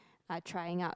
are trying out